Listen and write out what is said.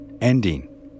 ending